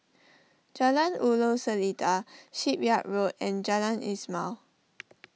Jalan Ulu Seletar Shipyard Road and Jalan Ismail